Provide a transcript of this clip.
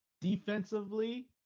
defensively